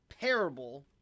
parable